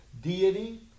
deity